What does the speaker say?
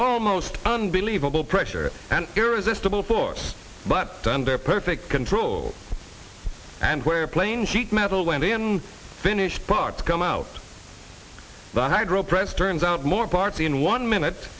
almost unbelievable pressure an irresistible force but under perfect control and where plane sheet metal went in finished parts come out the hydro press turns out more parts in one minute